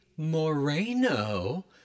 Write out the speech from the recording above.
Moreno